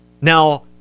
Now